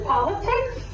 Politics